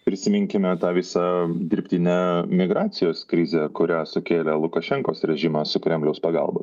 prisiminkime tą visą dirbtinę migracijos krizę kurią sukėlė lukašenkos rėžimas su kremliaus pagalba